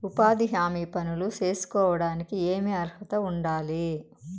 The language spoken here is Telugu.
ఉపాధి హామీ పనులు సేసుకోవడానికి ఏమి అర్హత ఉండాలి?